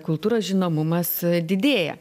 kultūros žinomumas didėja